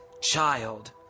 child